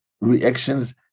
reactions